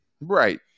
Right